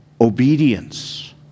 Obedience